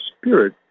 spirit